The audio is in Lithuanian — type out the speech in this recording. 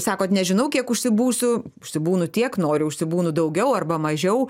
sakot nežinau kiek užsibūsiu užsibūnu tiek noriu užsibūnu daugiau arba mažiau